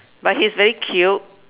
but he's very cute